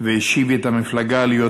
והשיב את המפלגה להיות פעילה,